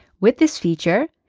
with this feature,